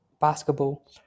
basketball